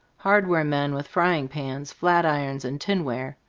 hardware men with frying pans, flat irons, and tinware.